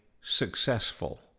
successful